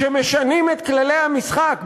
כשמשנים את כללי המשחק,